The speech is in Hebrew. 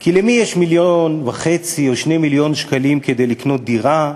כי למי יש מיליון וחצי או 2 מיליון שקלים כדי לקנות דירה?